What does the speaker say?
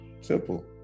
Simple